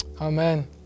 Amen